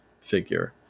figure